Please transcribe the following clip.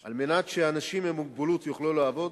על מנת שאנשים עם מוגבלות יוכלו לעבוד,